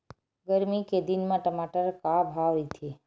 गरमी के दिन म टमाटर का भाव रहिथे?